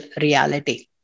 reality